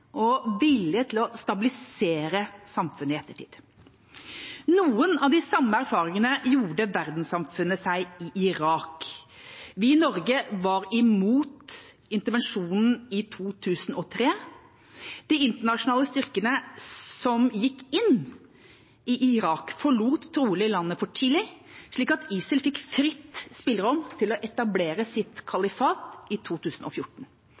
og vilje til å stabilisere samfunnet i ettertid. Noen av de samme erfaringene gjorde verdenssamfunnet seg i Irak. Vi i Norge var mot intervensjonen i 2003. De internasjonale styrkene som gikk inn i Irak, forlot trolig landet for tidlig, slik at ISIL fikk fritt spillerom til å etablere sitt kalifat i 2014.